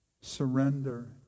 surrender